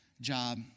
job